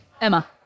Emma